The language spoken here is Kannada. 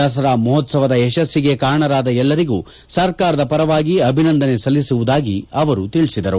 ದಸರಾ ಮಹೋತ್ಪವ ಯಶ್ಚಿಗೆ ಕಾರಣರಾದ ಎಲ್ಲರಿಗೂ ಸರ್ಕಾರದ ಪರವಾಗಿ ಅಭಿನಂದನೆ ಸಲ್ಲಿಸುವುದಾಗಿ ಅವರು ಹೇಳಿದರು